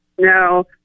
No